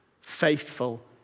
faithful